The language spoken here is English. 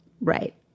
Right